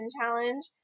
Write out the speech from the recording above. Challenge